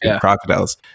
crocodiles